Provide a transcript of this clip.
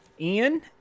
Ian